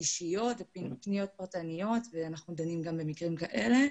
אישיות ואפילו פניות פרטניות ודנה גם במקרים כאלה.